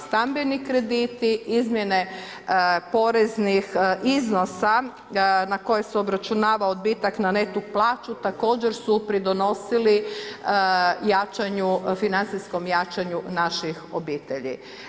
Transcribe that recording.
Stambeni krediti, izmjene poreznih iznosa na koje se obračunava odbitak na neto plaću također su pridonosili jačanju, financijskom jačanju naših obitelji.